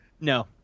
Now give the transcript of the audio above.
No